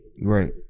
Right